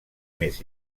més